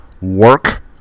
work